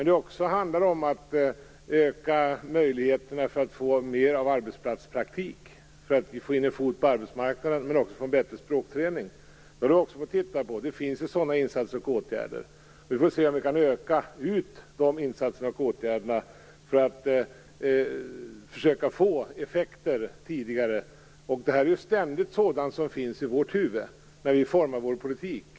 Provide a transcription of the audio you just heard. Det handlar också om utökade möjligheter till arbetsplatspraktik så att man får in en fot på arbetsmarknaden och så att man får bättre språkträning. Sådana insatser och åtgärder finns och dem tittar vi också på. Vi får väl se om vi kan utöka de insatserna och åtgärderna för att tidigare få effekter. Sådant här finns ständigt i våra huvuden när vi formar vår politik.